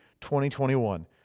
2021